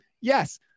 yes